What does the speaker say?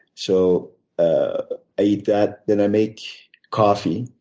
so ah eat that. then i make coffee,